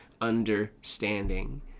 understanding